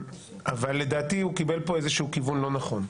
אבל לדעתי הוא קיבל פה איזשהו כיוון לא נכון.